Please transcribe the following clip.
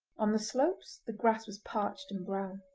on the slopes the grass was parched and brown.